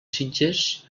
sitges